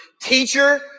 teacher